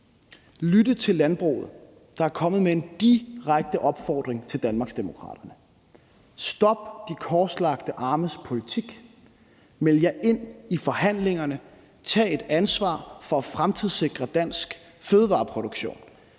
lytte til landbruget, der er kommet med en direkte opfordring til Danmarksdemokraterne: Stop de korslagte armes politik, meld jer ind i forhandlingerne, tag et ansvar for at fremtidssikre dansk fødevareproduktion.